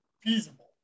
feasible